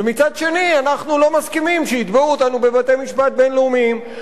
ומצד שני אנחנו לא מסכימים שיתבעו אותו בבתי-משפט בין-לאומיים.